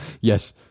yes